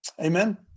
Amen